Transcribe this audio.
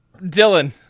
Dylan